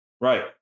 Right